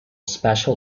special